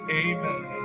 amen